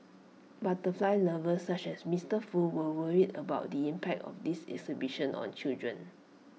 butterfly lovers such as Mister Foo were worried about the impact of this exhibition on children